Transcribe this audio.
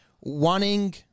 wanting